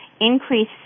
increase